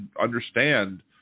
understand